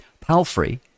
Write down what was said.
Palfrey